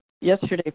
yesterday